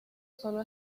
sólo